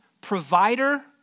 provider